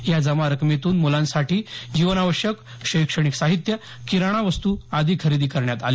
या जमा रकमेतून मुलांसाठी जीवनावश्यक शैक्षणिक साहित्य किराणा वस्तू आदी खरेदी करण्यात आली